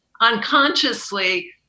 unconsciously